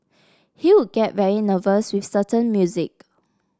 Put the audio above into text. he would get very nervous with certain music